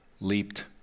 leaped